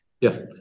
Yes